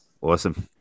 Awesome